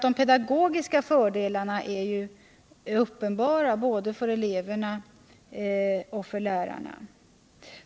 De pedagogiska fördelarna för både elever och lärare är ju uppenbara.